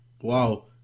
Wow